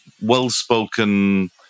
well-spoken